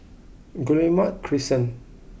Guillemard Crescent